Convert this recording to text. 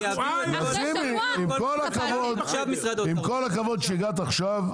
אחרי שבוע --- עם כל הכבוד שהגעת עכשיו,